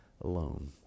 alone